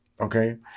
okay